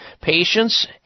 Patients